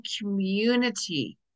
community